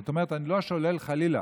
זאת אומרת, אני לא שולל, חלילה,